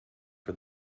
for